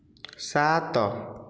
ସାତ